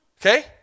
Okay